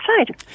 outside